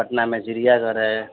पटना में चिड़ियाघर है